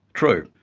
true,